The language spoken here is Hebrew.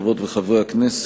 חברות וחברי הכנסת,